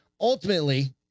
Ultimately